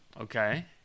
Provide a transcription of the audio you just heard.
Okay